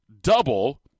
double